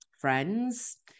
friends